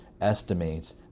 estimates